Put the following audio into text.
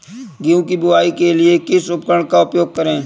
गेहूँ की बुवाई के लिए किस उपकरण का उपयोग करें?